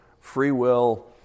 free-will